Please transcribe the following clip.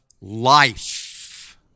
life